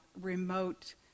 remote